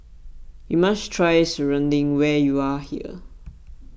you must try Serunding where you are here